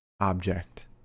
object